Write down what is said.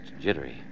jittery